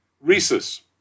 Rhesus